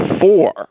four